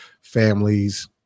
families